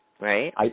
right